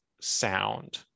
sound